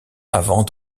avant